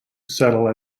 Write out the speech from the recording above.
settle